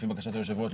לפי בקשת היושב ראש,